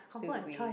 till we